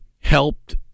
helped